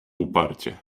uparcie